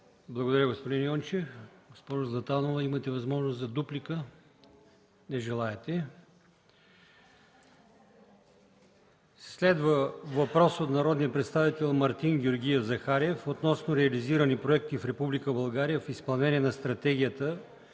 Благодаря, господин Янчев. Госпожо Златанова, имате възможност за дуплика. Не желаете. Следва въпрос от народния представител Мартин Георгиев Захариев относно реализирани проекти в Република България в изпълнение на Стратегията